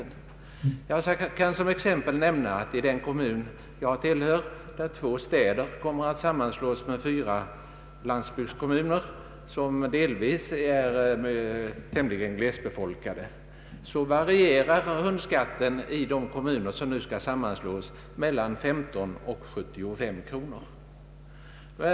Jag kan som exempel nämna den kommun som jag tillhör, där två städer kommer att sammanslås med fyra landsbygdskommuner, vilka delvis är tämligen glesbefolkade. I dessa kommuner, som nu skall sammanslås, varierar hundskatten mellan 15 och 75 kronor.